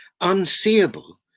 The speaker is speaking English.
Unseeable